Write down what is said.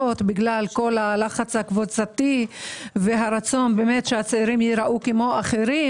בגלל הלחץ הקבוצתי והרצון שהצעירים ייראו כמו אחרים,